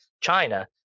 china